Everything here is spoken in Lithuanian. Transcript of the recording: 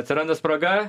atsiranda spraga